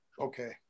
okay